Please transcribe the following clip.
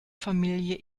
familie